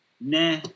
nah